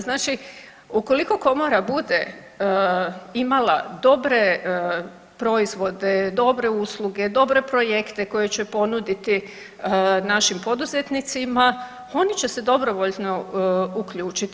Znači ukoliko komora bude imala dobre proizvode, dobre usluge, dobre projekte koje će ponuditi našim poduzetnicima oni će se dobrovoljno uključiti.